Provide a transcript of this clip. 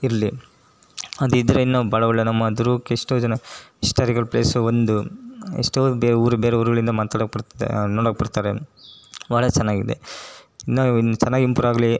ಇರಲಿ ಅದಿದ್ದರೆ ಇನ್ನೂ ಭಾಳ ಒಳ್ಳೇದು ನಮ್ಮ ದುರ್ಗಕ್ಕೆ ಎಷ್ಟೋ ಜನ ಹಿಸ್ಟಾರಿಕಲ್ ಪ್ಲೇಸು ಒಂದು ಎಷ್ಟೋ ಬೇರೆ ಊರು ಬೇರೆ ಊರುಗಳಿಂದ ಮಾತಾಡೋಕೆ ಬರತ್ತೆ ನೋಡೋಕೆ ಬರ್ತಾರೆ ಭಾಳ ಚೆನ್ನಾಗಿದೆ ಇನ್ನೂ ಚೆನ್ನಾಗಿ ಇಂಪ್ರೋ ಆಗಲಿ